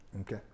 Okay